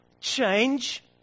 change